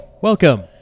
Welcome